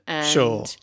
Sure